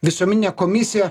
visuomeninę komisiją